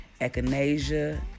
echinacea